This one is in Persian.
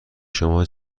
شما